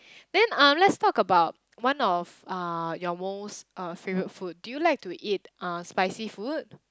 then um let's talk about one of uh your most uh favourite food do you like to eat uh spicy food